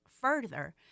further